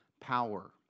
power